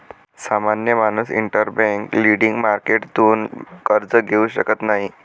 सामान्य माणूस interbank lending मार्केटतून कर्ज घेऊ शकत नाही